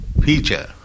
feature